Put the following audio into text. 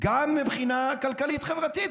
גם מבחינה כלכלית-חברתית,